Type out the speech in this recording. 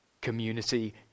community